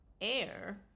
air